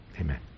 Amen